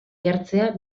jartzea